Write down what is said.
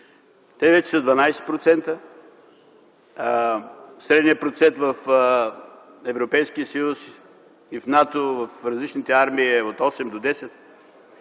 Те вече са 12%. Средният процент в Европейския съюз и в НАТО, в различните армии е от 8 до 10.